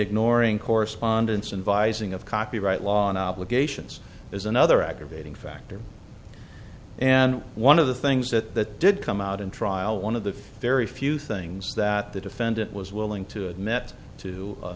ignoring correspondence in vising of copyright law in obligations is another aggravating factor and one of the things that did come out in trial one of the very few things that the defendant was willing to admit to